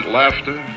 laughter